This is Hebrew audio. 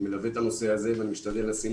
אני מלווה את הנושא הזה ומשתדל לשים